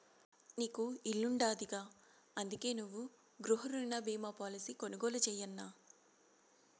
నీకు ఇల్లుండాదిగా, అందుకే నువ్వు గృహరుణ బీమా పాలసీ కొనుగోలు చేయన్నా